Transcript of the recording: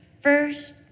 First